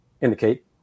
indicate